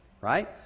right